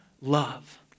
love